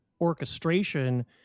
orchestration